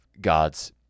God's